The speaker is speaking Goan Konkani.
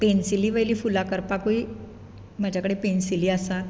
पॅन्सीली वयलीं फुलां करपाकूय म्हज्या कडे पॅन्सीली आसा